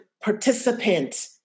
participant